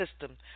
system